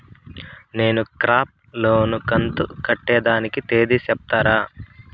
నేను crop loan కంతు కట్టేదానికి తేది సెప్తారా?